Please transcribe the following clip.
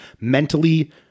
mentally